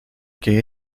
que